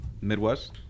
Midwest